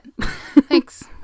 Thanks